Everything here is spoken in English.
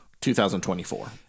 2024